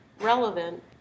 relevant